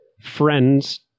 friends